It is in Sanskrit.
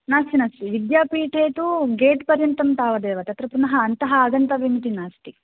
नास्ति नास्ति विद्यापीठे तु गेट्पर्यन्तं तावदेव तत्र पुनः अन्तः आगन्तव्यमिति नास्ति